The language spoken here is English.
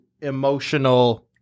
emotional-